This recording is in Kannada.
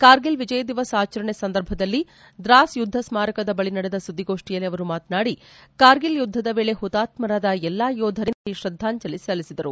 ಕಾರ್ಗಿಲ್ ವಿಜಯ್ ದಿವಸ್ ಆಚರಣೆಯ ಸಂದರ್ಭದಲ್ಲಿ ದ್ರಾಸ್ ಯುದ್ಧ ಸ್ಮಾರಕದ ಬಳಿ ನಡೆದ ಸುದ್ದಿಗೋಷ್ಷಿಯಲ್ಲಿ ಅವರು ಮಾತನಾಡಿ ಕಾರ್ಗಿಲ್ ಯುದ್ದದ ವೇಳೆ ಹುತಾತ್ತರಾದ ಎಲ್ಲಾ ಯೋಧರಿಗೆ ಸೇನಾಪಡೆಯ ಶ್ರದ್ದಾಂಜಲಿ ಸಲ್ಲಿಸಿದರು